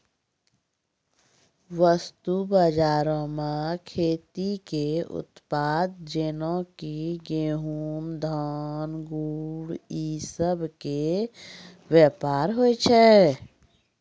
वस्तु बजारो मे खेती के उत्पाद जेना कि गहुँम, धान, गुड़ इ सभ के व्यापार होय छै